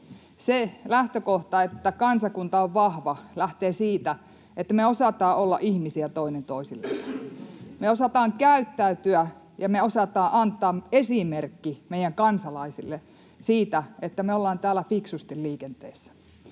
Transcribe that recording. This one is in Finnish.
Se lähtökohta, että kansakunta on vahva, lähtee siitä, että me osataan olla ihmisiä toinen toisillemme. [Krista Kiuru: Näin on, hyvin sanottu!] Me osataan käyttäytyä, ja me osataan antaa esimerkki meidän kansalaisille siitä, että me ollaan täällä fiksusti liikenteessä.